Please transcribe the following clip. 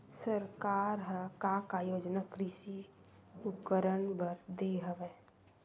सरकार ह का का योजना कृषि उपकरण बर दे हवय?